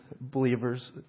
believers